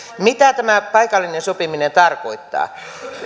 mitä tämä paikallinen sopiminen tarkoittaa